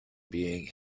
being